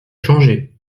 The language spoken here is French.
changé